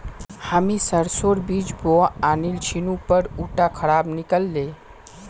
हामी सरसोर बीज बोवा आनिल छिनु पर उटा खराब निकल ले